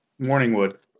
Morningwood